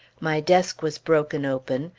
my desk was broken open.